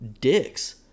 dicks